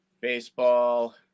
baseball